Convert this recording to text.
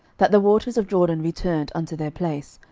that the waters of jordan returned unto their place,